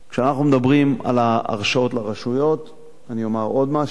כשאנחנו מדברים על ההרשאות לרשויות אני אומר עוד משהו: